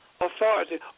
authority